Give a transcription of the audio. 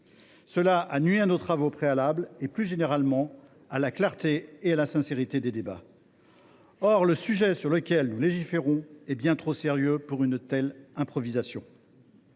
cela a nui à nos travaux préalables et, plus généralement, à la clarté et à la sincérité des débats. Or le sujet sur lequel nous légiférons est bien trop sérieux pour une telle improvisation.